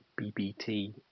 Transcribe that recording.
BBT